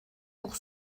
pour